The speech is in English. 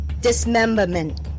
dismemberment